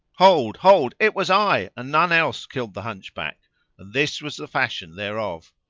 hold! hold! it was i and none else killed the hunchback and this was the fashion thereof.